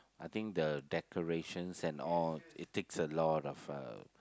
I think the decorations and all it takes a lot of uh